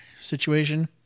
situation